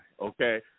okay